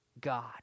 God